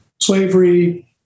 Slavery